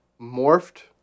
morphed